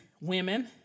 women